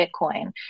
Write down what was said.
Bitcoin